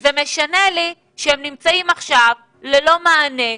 זה משנה לי שהם נמצאים עכשיו ללא מענה.